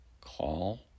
call